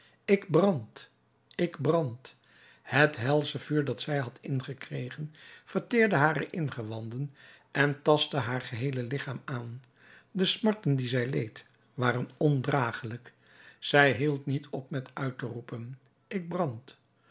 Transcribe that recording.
ik brand ik brand het helsche vuur dat zij had ingekregen verteerde hare ingewanden en tastte haar geheele ligchaam aan de smarten die zij leed waren ondragelijk zij hield niet op met uit te roepen ik brand